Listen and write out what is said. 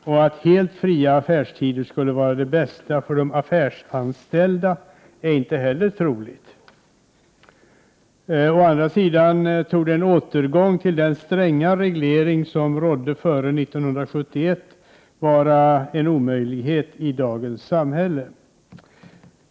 Och att helt fria affärstider skulle vara det bästa för de affärsanställda är inte heller troligt. Å andra sidan torde en återgång till den stränga reglering som rådde före 1971 vara en omöjlighet i dagens samhälle.